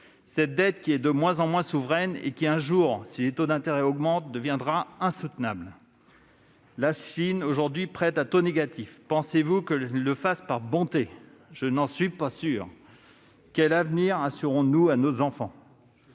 cette dette qui est de moins en moins souveraine et qui, un jour, si les taux d'intérêt augmentent, deviendra insoutenable ! La Chine, aujourd'hui, prête à taux négatif : pensez-vous qu'elle le fasse par bonté ? Pour ma part, j'en doute un peu ... Quel avenir assurons-nous à nos enfants ?